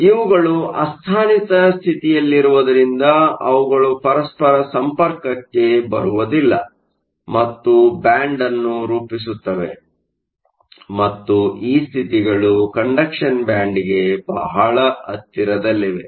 ಆದ್ದರಿಂದ ಇವುಗಳು ಅಸ್ಥಾನಿತ ಸ್ಥಿತಿಯಲ್ಲಿರುವುದರಿಂದ ಅವುಗಳು ಪರಸ್ಪರ ಸಂಪರ್ಕಕ್ಕೆ ಬರುವುದಿಲ್ಲ ಮತ್ತು ಬ್ಯಾಂಡ್ ಅನ್ನು ರೂಪಿಸುತ್ತವೆ ಮತ್ತು ಈ ಸ್ಥಿತಿಗಳು ಕಂಡಕ್ಷನ್ ಬ್ಯಾಂಡ್ಗೆ ಬಹಳ ಹತ್ತಿರದಲ್ಲಿವೆ